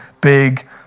big